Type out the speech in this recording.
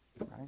right